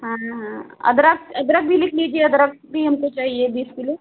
हाँ हाँ अदरक अदरक भी लिख लीजिए अदरक भी हमको चाहिए बीस किलो